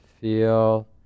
feel